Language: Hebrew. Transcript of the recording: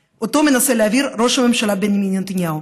ראש הממשלה בנימין נתניהו.